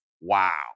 Wow